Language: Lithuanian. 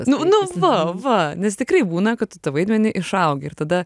nu nu va va nes tikrai būna kad tu tą vaidmenį išaugi ir tada